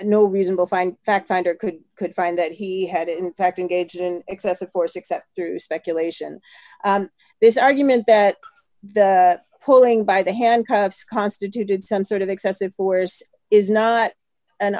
no reason behind factfinder could could find that he had in fact an agent excessive force except through speculation this argument that the pulling by the handcuffs constituted some sort of excessive force is not an